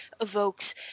evokes